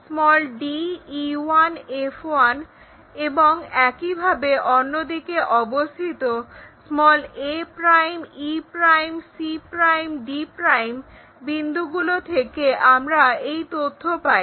d e1 f1 এবং একইভাবে অন্যদিকে অবস্থিত a' e' c' d' বিন্দুগুলো থেকে আমরা এই তথ্য পাই